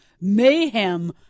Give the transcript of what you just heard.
Mayhem